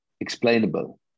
explainable